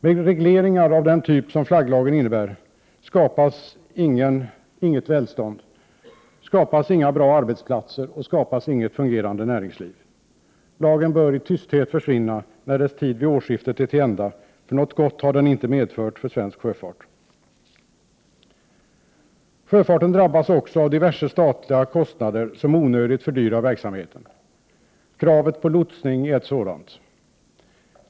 Med regleringar av den typ som flagglagen innebär skapas inget välstånd, inga bra arbetsplatser och inget fungerande näringsliv. Lagen bör i tysthet försvinna när dess tid vid årsskiftet är till ända, för något gott har den inte medfört för svensk sjöfart. Sjöfarten drabbas också av diverse statliga kostnader, som onödigt fördyrar verksamheten. Kravet på lotsning är ett sådant.